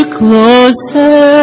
closer